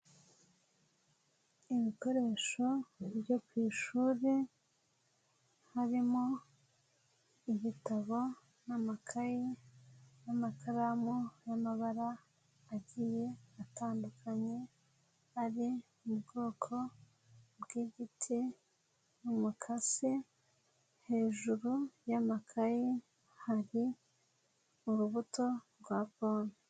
Ibikoresho byo ku ishuri harimo ibitabo n'amakaye n'amakaramu y'amabara agiye atandukanye, ari mu bwoko bw'igiti umukasi, hejuru y'amakaye hari urubuto rwa pome.